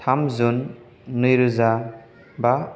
थाम जुन नैरोजा बा